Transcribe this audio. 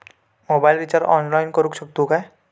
Mobile recharge online करुक शकतू काय?